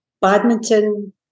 badminton